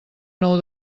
nou